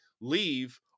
leave